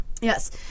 Yes